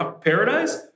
paradise